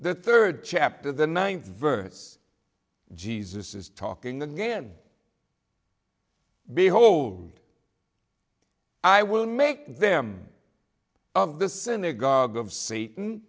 the third chapter the ninth verse jesus is talking again behold i will make them of the synagogue of satan